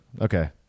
Okay